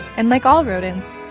and like all rodents,